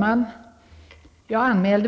kan rätas ut.